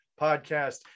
podcast